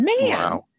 man